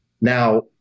now